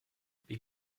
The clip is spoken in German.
wie